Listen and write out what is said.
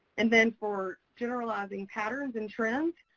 and then for generalizing patterns and trends,